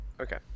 Okay